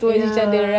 ya